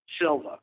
Silva